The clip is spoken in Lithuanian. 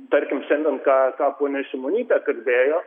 tarkim šiandien ką ką ponia šimonytė kalbėjo